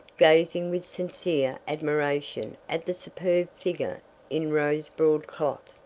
gazing with sincere admiration at the superb figure in rose broadcloth.